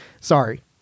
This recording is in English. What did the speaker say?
Sorry